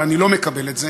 אבל אני לא מקבל את זה,